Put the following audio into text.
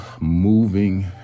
moving